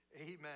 Amen